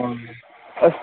ꯑꯣ ꯑꯁ